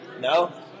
No